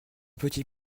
petit